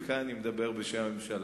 וכאן אני מדבר בשם הממשלה.